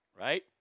Right